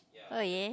oh ya